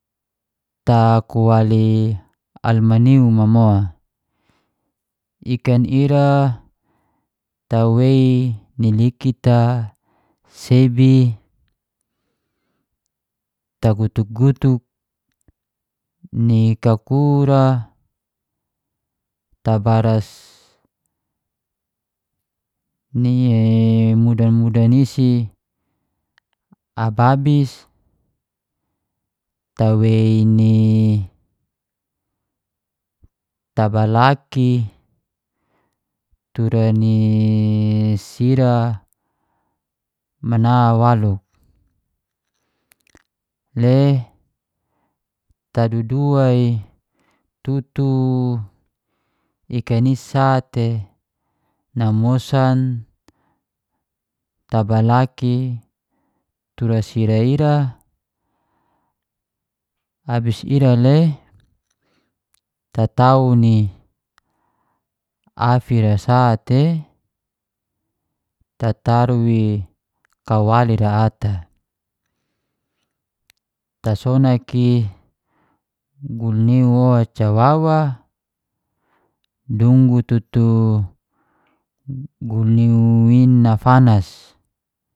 Ta kuali almanium a mo, ikan ira tawei ni likit a sebi tagutu-gutuk ni kakur ra tabaras ni ngudan ngudan isi ababis, tawei ni tabalaki tura ni sira mana waluk le tadudua i tutu ikan isate namusan, tabalaki tura sira ira. Abis ira le tatau i afi ra sate tataru kawali ra ata, tasonak gul niu oca wawa dunggu tutu gu niu i nafas